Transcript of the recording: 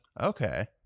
Okay